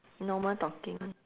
normal talking